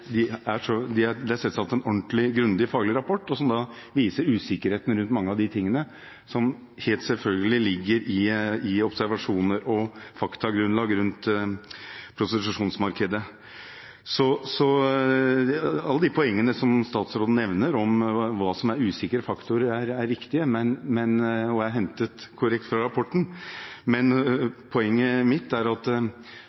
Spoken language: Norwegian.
de tingene som helt selvfølgelig ligger i observasjoner og faktagrunnlag rundt prostitusjonsmarkedet. Alle de poengene som statsråden nevner om hva som er usikre faktorer, er riktige og er hentet korrekt fra rapporten. Men poenget mitt er at